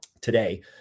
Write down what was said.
today